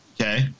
Okay